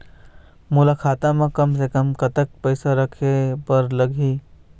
मोला खाता म कम से कम कतेक पैसा रखे बर लगही?